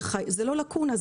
אולי לא לקונה,